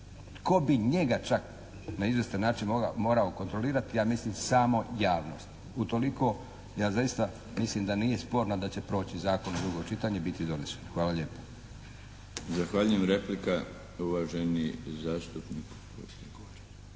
tko bi njega čak na izvjestan način morao kontrolirati, ja mislim samo javnost, utoliko ja zaista mislim da nije sporno da će proći zakon u drugo čitanje i biti donesen. Hvala lijepa. **Milinović, Darko (HDZ)** Zahvaljujem. Replika, uvaženi zastupnik… jeste vi?